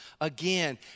Again